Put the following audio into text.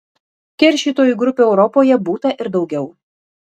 keršytojų grupių europoje būta ir daugiau